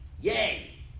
Yay